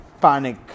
panic